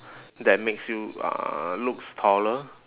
that makes you uh looks taller